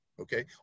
okay